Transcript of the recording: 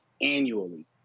annually